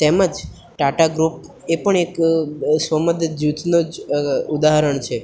તેમજ ટાટા ગ્રૂપ એ પણ એક સ્વ મદદ જૂથનું જ ઉદાહરણ છે